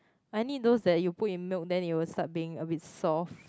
I need those that you put in milk then it will start being a bit soft